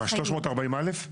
340א'?